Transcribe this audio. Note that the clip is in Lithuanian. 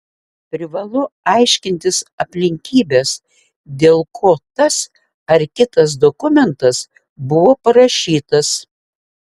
privalu aiškintis aplinkybes dėl ko tas ar kitas dokumentas buvo parašytas